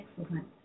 Excellent